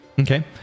Okay